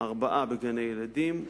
ארבעה בגני-ילדים,